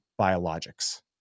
biologics